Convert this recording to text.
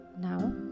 Now